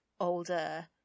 older